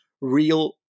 real